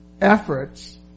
efforts